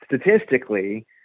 statistically